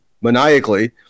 maniacally